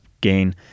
gain